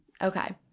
Okay